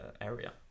area